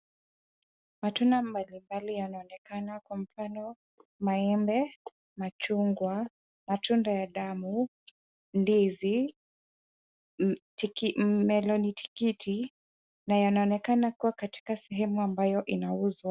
Matunda mbalimbali yanaonekana kwa mfano maembe, machungwa, matunda ya damu, ndizi, melon tikiti na yanaonekana kuwa katika sehemu ambayo inauzwa.